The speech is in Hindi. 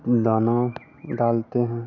दाना डालते हैं